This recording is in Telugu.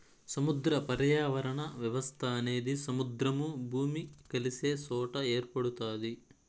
సముద్ర పర్యావరణ వ్యవస్థ అనేది సముద్రము, భూమి కలిసే సొట ఏర్పడుతాది